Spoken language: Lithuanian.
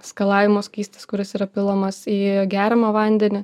skalavimo skystis kuris yra pilamas į geriamą vandenį